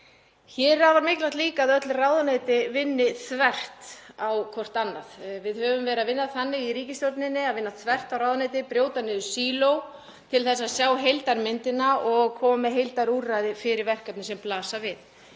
Hér er afar mikilvægt líka að öll ráðuneyti vinni þvert á hvert annað. Við höfum verið að vinna þannig í ríkisstjórninni, þvert á ráðuneyti, brjóta niður síló til að sjá heildarmyndina og koma með heildarúrræði fyrir verkefni sem blasa við.